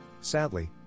Sadly